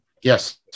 yes